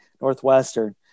Northwestern